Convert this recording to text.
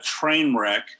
Trainwreck